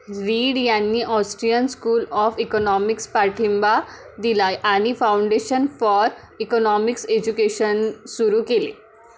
read यांनी Austrian school of economics पाठिंबा दिला आहे आणि फाउंडेशन फॉर इकोनॉमिक्स एज्युकेशन सुरू केले